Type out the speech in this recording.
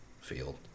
field